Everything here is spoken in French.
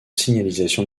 signalisation